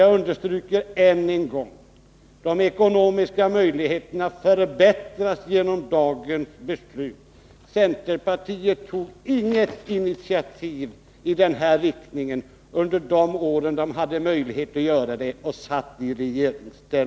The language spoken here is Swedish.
Jag understryker ännu en gång: De ekonomiska möjligheterna förbättras genom dagens beslut. I centerpartiet tog man inget initiativ i den här riktningen under de år man var i regeringsställning och hade möjlighet att göra det.